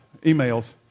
emails